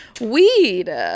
weed